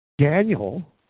Daniel